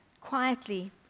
quietly